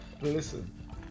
Listen